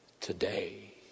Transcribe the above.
today